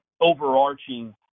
overarching